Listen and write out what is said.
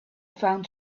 found